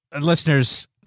Listeners